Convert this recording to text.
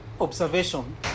observation